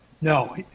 no